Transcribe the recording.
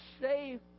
safe